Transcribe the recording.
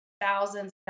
thousands